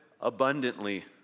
abundantly